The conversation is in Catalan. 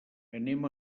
anem